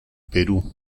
perú